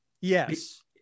yes